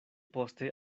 poste